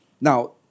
Now